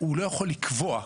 הוא לא מייצג סיעה.